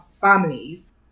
families